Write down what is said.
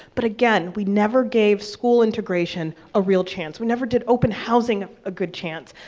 but again, we never gave school integration a real chance. we never did open housing a good chance.